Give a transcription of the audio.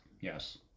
Yes